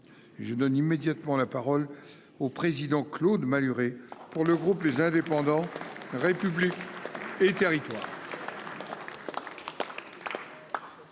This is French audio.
Je ne nie immédiatement la parole au président Claude Malhuret. Pour le groupe les indépendants République. Et Territoires.